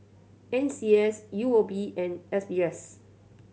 N C S U O B and S B S